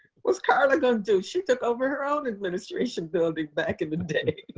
what's karla going to do? she took over her own administration building back in the day.